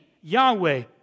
Yahweh